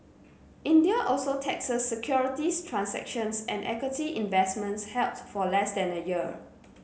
India also taxes securities transactions and equity investments held for less than a year